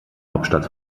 hauptstadt